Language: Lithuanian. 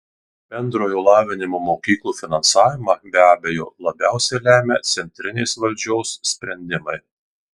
bendrojo lavinimo mokyklų finansavimą be abejo labiausiai lemia centrinės valdžios sprendimai